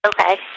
Okay